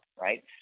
right